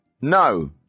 No